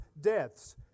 deaths